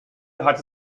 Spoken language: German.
hatte